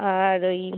আর ওই